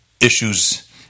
issues